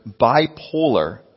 bipolar